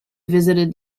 visited